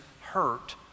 hurt